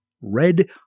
Red